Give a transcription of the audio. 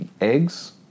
eggs